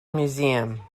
museum